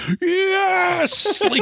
yes